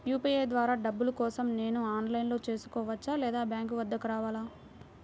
UPI ద్వారా డబ్బులు కోసం నేను ఆన్లైన్లో చేసుకోవచ్చా? లేదా బ్యాంక్ వద్దకు రావాలా?